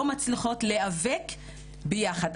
לא מצליחות להיאבק ביחד,